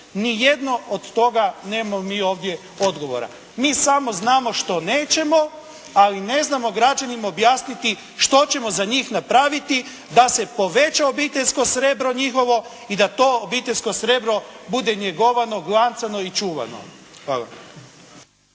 Ni jedno od toga nemamo mi ovdje odgovora. Mi samo znamo što nećemo. Ali ne znamo građanima objasniti što ćemo za njih napraviti da se poveća obiteljsko srebro njihovo i da to obiteljsko srebro bude njegovano, glancano i čuvano. Hvala.